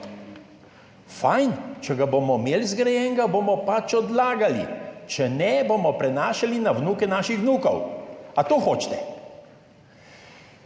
Fajn. Če jo bomo imeli zgrajeno, bomo pač odlagali, če ne, bomo prenašali na vnuke naših vnukov. A to hočete?